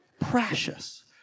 precious